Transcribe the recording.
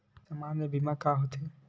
सामान्य बीमा का होथे?